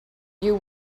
you